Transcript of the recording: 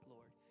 Lord